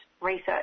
research